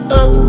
up